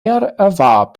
erwarb